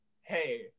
hey